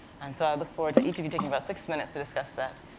and so, i look forward to each of you taking about six minutes to discuss that.